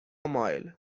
مایل